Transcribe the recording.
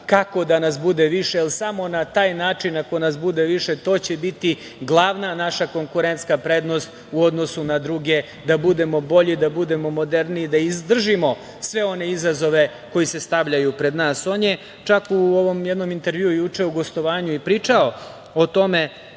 kako da nas bude više, jer samo na taj način, ako nas bude više, to će biti glavna naša konkurentska prednost u odnosu na druge, da budemo bolji, da budemo moderniji, da izdržimo sve one izazove koji se stavljaju pred nas. On je u jednom intervjuu juče, u jednom gostovanju pričao o tome